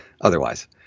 otherwise